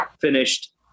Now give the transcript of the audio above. finished